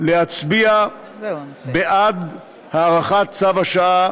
להצביע בעד הארכת צו השעה